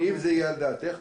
אם זה יהיה על דעתך.